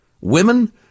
Women